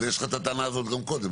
יש לך את הטענה הזה גם קודם.